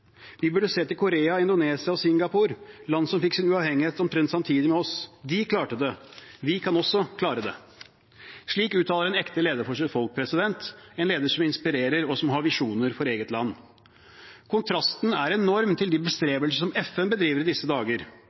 Vi burde se til Korea, Indonesia og Singapore, land som fikk sin uavhengighet omtrent samtidig med oss. De klarte det. Vi kan også klare det. Slik uttaler en ekte leder for sitt folk seg, en leder som inspirerer og som har visjoner for eget land. Kontrasten er enorm til de bestrebelser som FN bedriver i disse dager.